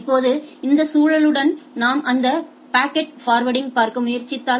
இப்போது இந்த சூழலுடன் நாம் அந்த பாக்கெட்ஃபர்வேர்டிங்பார்க்க முயற்சித்தால்